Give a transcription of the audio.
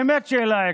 באמת שאלה עקרונית: